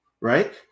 Right